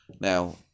Now